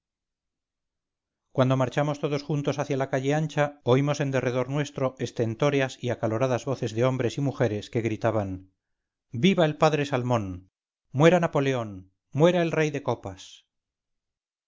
cuando marchamos juntos hacia la calle ancha oímos en derredor nuestro estentóreas y acaloradas voces de hombres y mujeres que gritaban viva el padre salmón muera napoleón muera el rey de copas